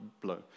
blow